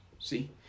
See